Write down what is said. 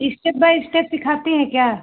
step by step सिखाती हैं क्या